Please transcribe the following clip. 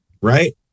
right